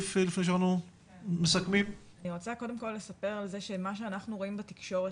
אני רוצה לספר על זה שמה שאנחנו רואים בתקשורת,